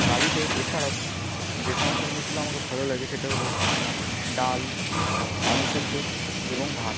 বাড়িতে এছাড়াও যে সমস্ত জিনিসগুলো আমাকে ভালো লাগে সেটা হলো ডাল আলু সেদ্ধ এবং ভাত